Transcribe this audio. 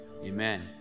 Amen